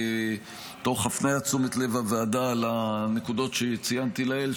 תוך הפניית תשומת הלב של הוועדה לנקודות שציינתי לעיל,